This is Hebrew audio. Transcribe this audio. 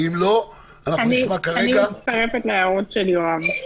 ואם לא אנחנו נשמע כרגע --- אני מצטרפת להערות של יואב.